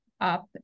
up